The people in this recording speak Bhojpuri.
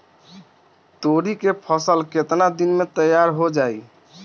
तोरी के फसल केतना दिन में तैयार हो जाई?